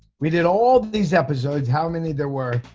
we did all these episodes, how many there were,